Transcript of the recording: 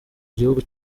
gihugu